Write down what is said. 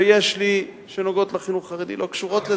ויש לי, שקשורות לחינוך החרדי לא קשורות לזה.